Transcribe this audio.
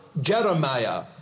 Jeremiah